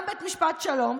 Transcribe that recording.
גם בית משפט שלום,